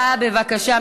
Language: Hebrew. הצבעה, בבקשה.